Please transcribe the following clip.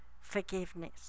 forgiveness